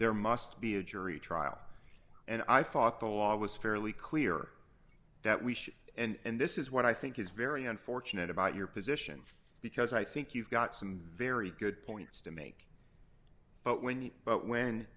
there must be a jury trial and i thought the law was fairly clear that we should and this is what i think is very unfortunate about your position because i think you've got some very good points to make but when you but when